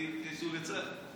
והדתיים יתגייסו לצה"ל.